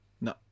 No